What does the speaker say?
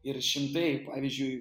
ir šimtai pavyzdžiui